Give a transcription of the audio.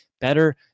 better